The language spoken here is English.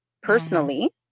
personally